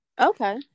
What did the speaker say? okay